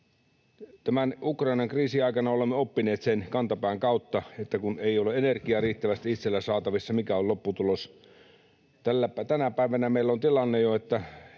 Tämän Ukrainan kriisin aikana olemme oppineet sen kantapään kautta, mikä on lopputulos, kun ei ole energiaa riittävästi itsellä saatavissa. Tänä päivänä meillä on jo